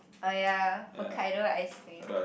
oh ya Hokkaido ice cream